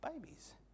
babies